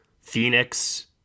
Phoenix